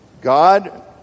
God